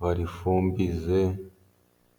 barifumbize.